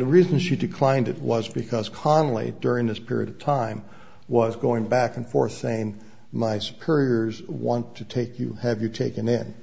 the reason she declined it was because connally during this period of time was going back and forth saying my superiors want to take you have you take and then